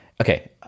Okay